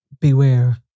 Beware